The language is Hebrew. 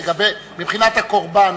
מבחינת הקורבן,